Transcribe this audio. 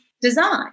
design